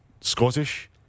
Scottish